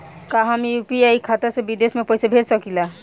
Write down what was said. का हम यू.पी.आई खाता से विदेश में पइसा भेज सकिला?